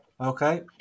Okay